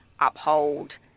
uphold